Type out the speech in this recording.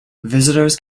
visitors